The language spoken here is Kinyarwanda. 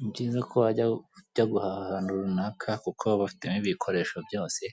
Ni byiza ko wajya ujya guhaha ahantu runaka kuko baba bafitemo ibikoresho byose